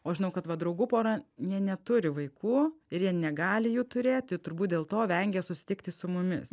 o žinau kad va draugų pora jie neturi vaikų ir jie negali jų turėti turbūt dėl to vengia susitikti su mumis